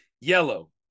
yellow